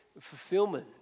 fulfillment